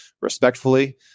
respectfully